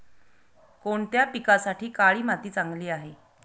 कोणत्या पिकासाठी काळी माती चांगली आहे?